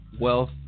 Wealth